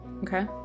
okay